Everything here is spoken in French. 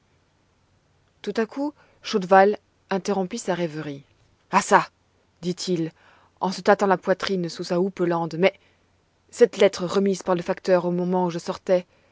tout à coup chaudval interrompit sa rêverie ah ça dit-il en se tâtant la poitrine sous sa houppelande mais cette lettre remise par le facteur au moment où je sortais